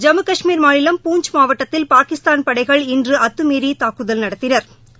ஜம்மு கஷ்மீர் மாநிலம் பூஞ்ச் மாவட்டத்தில் பாகிஸ்தான் படைகள் இன்று அத்தமீறி தாக்குதல் நடத்தினா்